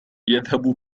يذهب